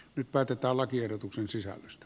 nyt päätetään lakiehdotuksen sisällöstä